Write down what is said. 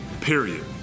period